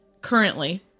currently